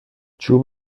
چوب